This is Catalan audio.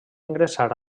ingressar